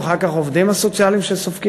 ואחר כך העובדים הסוציאליים שסופגים